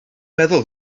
meddwl